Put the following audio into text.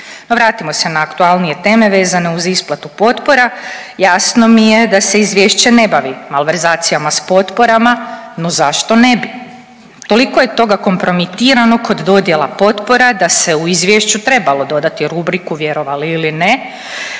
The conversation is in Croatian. Vratimo se na aktualnije teme vezano uz isplatu potpora. Jasno mi je da se izvješće ne bavi malverzacijama s potporama no zašto ne bi? Toliko toga je kompromitirano kod dodjela potpora da se u izvješću trebalo dodati rubriku vjerovali ili ne.